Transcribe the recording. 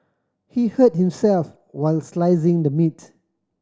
he hurt himself while slicing the meats